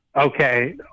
okay